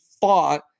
fought